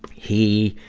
he,